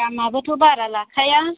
दामाबोथ' बारा लाखाया